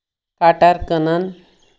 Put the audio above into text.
cutter کٕنان